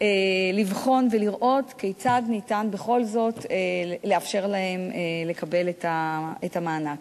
לבחון ולראות כיצד ניתן בכל זאת לאפשר להם לקבל את המענק.